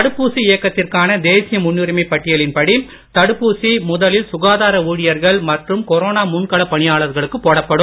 தடுப்பூசி இயக்கத்திற்கான தேசிய முன்னுரிமைப் பட்டியலின் படி தடுப்பூசி முதலில் சுகாதார ஊழியர்கள் மற்றும் கொரோனா முன்களப் பணியாளர்களுக்குப் போடப்படும்